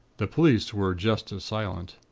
the police were just as silent.